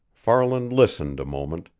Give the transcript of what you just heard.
farland listened a moment,